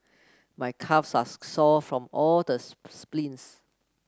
my calves are sore from all the sprints